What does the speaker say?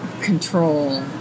control